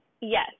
Yes